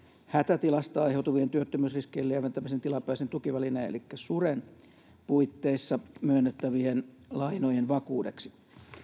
hätätilasta aiheutuvien työttömyysriskien lieventämisen tilapäisen tukivälineen elikkä suren puitteissa myönnettävien lainojen vakuudeksi